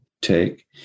take